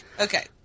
Okay